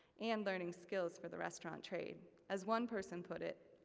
and learning skills for the restaurant trade. as one person put it,